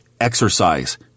exercise